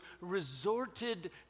resorted